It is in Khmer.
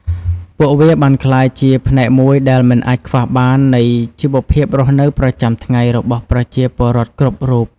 ពួកវាបានក្លាយជាផ្នែកមួយដែលមិនអាចខ្វះបាននៃជីវភាពរស់នៅប្រចាំថ្ងៃរបស់ប្រជាពលរដ្ឋគ្រប់រូប។